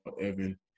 Evan